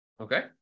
Okay